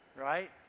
right